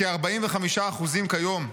לכ-45% כיום.